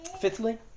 Fifthly